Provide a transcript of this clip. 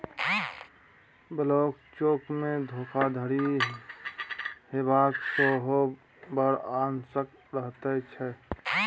blank चेकमे धोखाधड़ी हेबाक सेहो बड़ आशंका रहैत छै